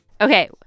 Okay